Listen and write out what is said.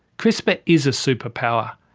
crispr is a super power.